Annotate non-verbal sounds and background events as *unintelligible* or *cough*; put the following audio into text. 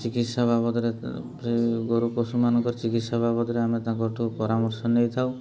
ଚିକିତ୍ସା ବାବଦରେ *unintelligible* ସେ ଗୋରୁ ପଶୁମାନଙ୍କର ଚିକିତ୍ସା ବାବଦରେ ଆମେ ତାଙ୍କଠୁ ପରାମର୍ଶ ନେଇଥାଉ